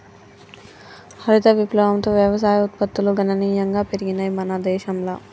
హరిత విప్లవంతో వ్యవసాయ ఉత్పత్తులు గణనీయంగా పెరిగినయ్ మన దేశంల